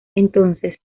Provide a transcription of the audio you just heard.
entonces